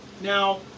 Now